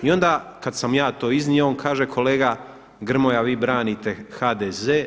I onda kad sam ja to iznio on kaže kolega Grmoja vi branite HDZ.